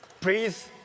Please